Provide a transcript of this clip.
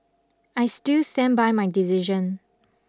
I still stand by my decision